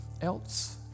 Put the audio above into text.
else